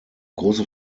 große